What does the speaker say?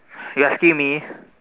you asking me